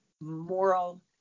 moral